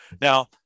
now